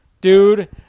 dude